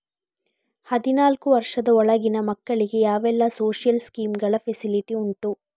ಹದಿನಾಲ್ಕು ವರ್ಷದ ಒಳಗಿನ ಮಕ್ಕಳಿಗೆ ಯಾವೆಲ್ಲ ಸೋಶಿಯಲ್ ಸ್ಕೀಂಗಳ ಫೆಸಿಲಿಟಿ ಉಂಟು?